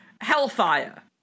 Hellfire